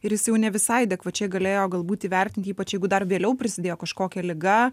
ir jis jau ne visai adekvačiai galėjo galbūt įvertinti ypač jeigu dar vėliau prisidėjo kažkokia liga